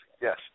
Yes